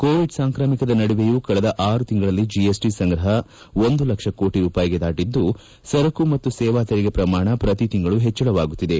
Covid ಸಾಂಕ್ರಾಮಿಕದ ನಡುವೆಯೂ ಕಳೆದ ಆರು ತಿಂಗಳಲ್ಲಿ ಜಿಎಸ್ಟಿ ಸಂಗ್ರಹ ಒಂದು ಲಕ್ಷ ಕೋಟಿ ರೂಪಾಯಿಗೆ ದಾಟಿದ್ದು ಸರಕು ಮತ್ತು ಸೇವಾ ತೆರಿಗೆ ಪ್ರಮಾಣ ಪ್ರತಿ ತಿಂಗಳು ಹೆಚ್ಚಳವಾಗುತ್ತಿದೆ